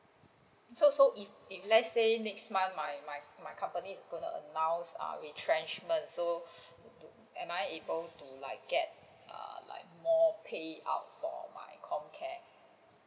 so so if if let's say next my my company is going to announce err retrenchment so do~ am I able to like get err like more pay out for my COMCARE